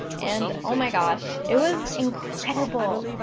and, oh my gosh, it was incredible.